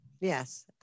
Yes